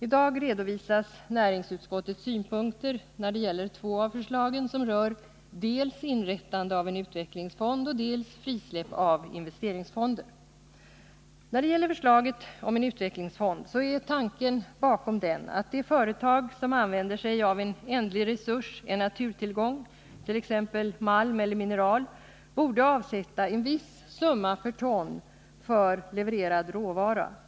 I dag redovisas näringsutskottets synpunkter när det gäller två av förslagen, som rör inrättande av en utvecklingsfond och frisläpp av investeringsfonder. När det gäller förslaget om en utvecklingsfond är tanken bakom den att det företag som använder sig av en ändlig resurs, en naturtillgång som t.ex. malm eller mineral, borde avsätta en viss summa per ton för levererad råvara.